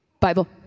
Bible